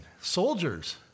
soldiers